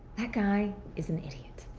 that guy is an idiot.